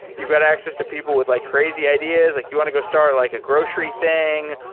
you've got access to people with like crazy ideas. like you want to go start like a grocery thing,